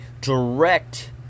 direct